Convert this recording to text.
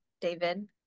David